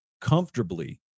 comfortably